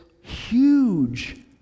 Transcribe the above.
huge